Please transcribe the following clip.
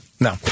No